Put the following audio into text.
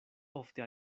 ofte